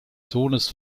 sohnes